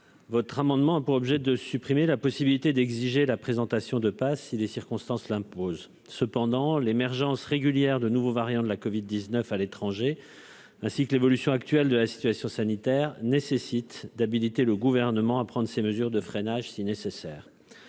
Cet amendement a pour objet de supprimer la possibilité d'exiger la présentation d'un passe si les circonstances l'imposent. Or l'émergence régulière de nouveaux variants de la covid-19 à l'étranger, ainsi que l'évolution actuelle de la situation sanitaire, nécessite d'habiliter le Gouvernement à prendre ces mesures de freinage si nécessaire.